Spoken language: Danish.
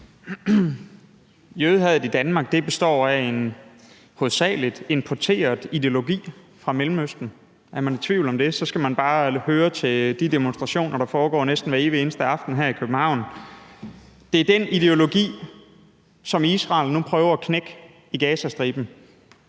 Jødehadet i Danmark består af en hovedsagelig importeret ideologi fra Mellemøsten. Er man i tvivl om det, skal man bare lytte til de demonstrationer, der foregår næsten hver evig eneste aften her i København. Det er den ideologi, som Israel nu prøver at knække i Gazastriben.